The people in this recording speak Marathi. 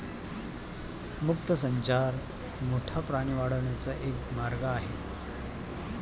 मुक्त संचार गोठा प्राणी वाढवण्याचा एक मार्ग आहे